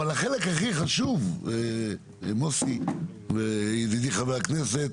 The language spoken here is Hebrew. אבל החלק הכי חשוב, מוסי וידידי חבר הכנסת,